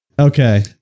Okay